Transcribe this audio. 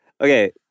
Okay